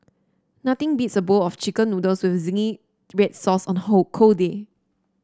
nothing beats a bowl of chicken noodles with zingy red sauce on hold cold day